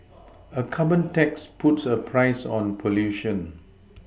a carbon tax puts a price on pollution